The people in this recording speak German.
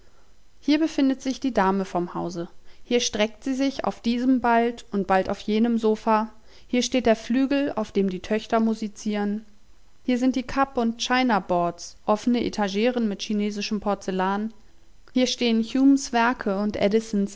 hier befindet sich die dame vom hause hier streckt sie sich auf diesem bald und bald auf jenem sofa hier steht der flügel auf dem die töchter musizieren hier sind die cup und china boards offene etageren mit chinesischem porzellan hier stehn humes werke und